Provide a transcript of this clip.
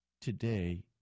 today